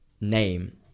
name